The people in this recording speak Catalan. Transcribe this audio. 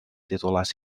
titulars